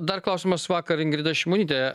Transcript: dar klausimas vakar ingrida šimonytė